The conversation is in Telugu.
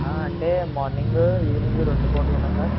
ఆ అంటే మార్నింగ్ ఈవెనింగ్ రెండు పూట్లనా సార్